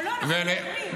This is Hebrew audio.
אנחנו מדברים.